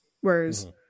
whereas